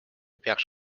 peaks